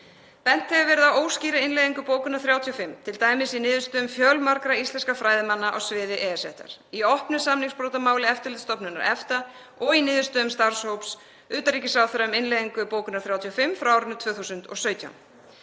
Bent hefur verið á óskýra innleiðingu bókunar 35. t.d. í niðurstöðum fjölmargra íslenskra fræðimanna á sviði EES-réttar, í opnu samningsbrotamáli Eftirlitsstofnunar EFTA og í niðurstöðum starfshóps utanríkisráðherra um innleiðingu bókunar 35 frá 2017.